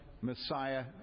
Messiah